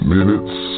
Minutes